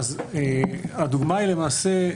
הדוגמה היא למעשה,